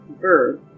verb